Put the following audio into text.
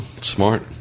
Smart